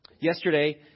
Yesterday